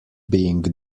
being